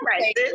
right